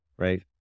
right